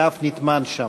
והוא אף נטמן שם.